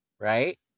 Right